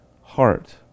heart